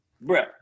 Bro